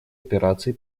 операции